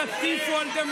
מי אתם שתטיפו על דמוקרטיה?